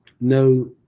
no